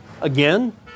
again